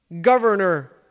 governor